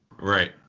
Right